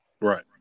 right